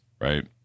right